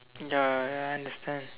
ya I understand